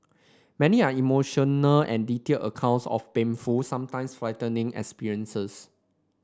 many are emotional and detailed accounts of painful sometimes frightening experiences